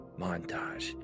montage